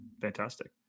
fantastic